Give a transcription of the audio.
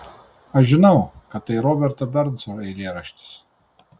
aš žinau kad tai roberto bernso eilėraštis